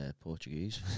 Portuguese